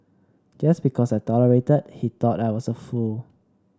just because I tolerated he thought I was a fool